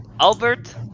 albert